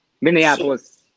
Minneapolis